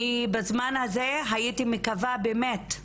אני בזמן הזה הייתי מקווה באמת,